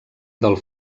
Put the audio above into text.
del